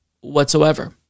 whatsoever